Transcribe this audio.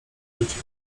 życie